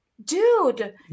Dude